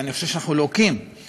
ואני חושב שאנחנו לוקים,